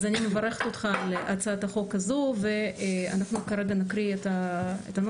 אז אני מברכת אותך על הצעת החוק הזאת ואנחנו כרגע נקריא את הנוסח.